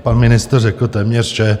Pan ministr řekl téměř vše.